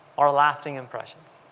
are lasting impressions,